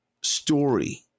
story